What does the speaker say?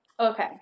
Okay